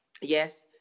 yes